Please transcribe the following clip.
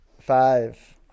Five